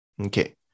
Okay